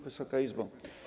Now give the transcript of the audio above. Wysoka Izbo!